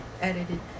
edited